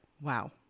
wow